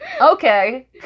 Okay